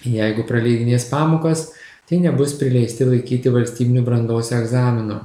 jeigu praleidinės pamokas tai nebus prileisti laikyti valstybinių brandos egzaminų